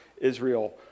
Israel